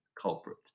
culprit